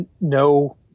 no